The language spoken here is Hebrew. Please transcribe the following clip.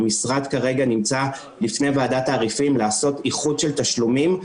המשרד כרגע נמצא לפני ועדת תעריפים לעשות איחוד של תשלומים.